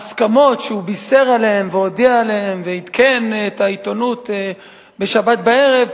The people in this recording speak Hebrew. ההסכמות שהוא בישר עליהן והודיע עליהן ועדכן את העיתונות בשבת בערב,